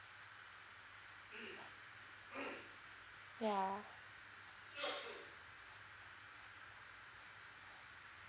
ya